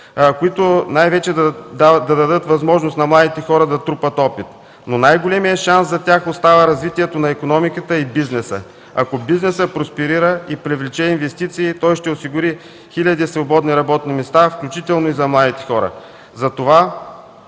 които най-вече да дадат възможност на младите хора да трупат опит. Но най-големият шанс за тях остава развитието на икономиката и бизнеса. Ако бизнесът просперира и привлече инвестиции, той ще осигури хиляди свободни работни места, включително и за младите хора.